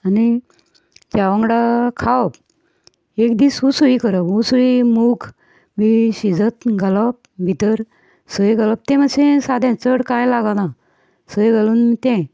आनी च्या वांगडा खावप एक दीस उसळी करप उसळी मूग बी शिजत घालप भितर सय घालप ती मातशी सादें चड कांय लागना सय घालून तें